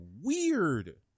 weird